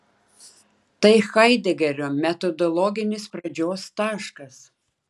tai haidegerio metodologinis pradžios taškas